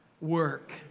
work